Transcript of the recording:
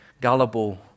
gullible